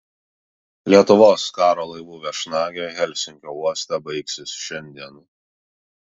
lietuvos karo laivų viešnagė helsinkio uoste baigsis šiandien